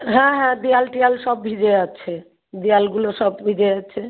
হ্যাঁ হ্যাঁ দেয়াল টেয়াল সব ভিজে আছে দেয়ালগুলো সব ভিজে আছে